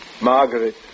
Margaret